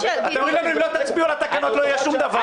אתם אומרים לנו: אם לא תצביעו על התקנות לא יהיה שום דבר.